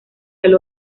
del